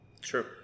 True